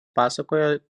pasakoja